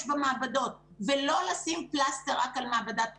במעבדות ולא לשים פלסטר רק על מעבדת קורונה,